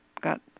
got